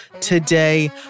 today